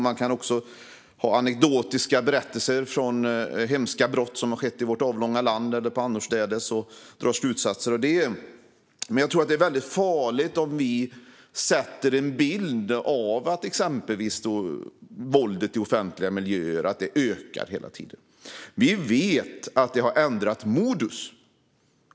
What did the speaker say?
Man kan också ta anekdotiska berättelser om hemska brott som har skett i vårt avlånga land eller annorstädes och dra slutsatser av det. Jag tror dock att det är farligt om vi skapar en bild av att våldet i offentliga miljöer hela tiden ökar. Vi vet att det dödliga våldet har ändrat modus.